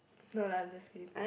no lah just kidding